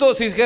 si